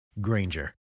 Granger